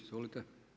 Izvolite.